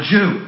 Jew